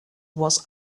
was